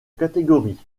catégorie